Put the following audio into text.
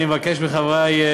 אני מבקש מחברי,